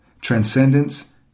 Transcendence